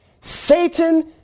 Satan